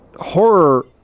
horror